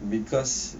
because